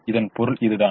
இதன் பொருள் இதுதான்